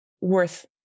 worth